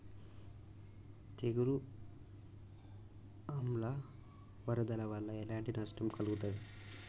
తెగులు ఆమ్ల వరదల వల్ల ఎలాంటి నష్టం కలుగుతది?